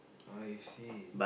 I see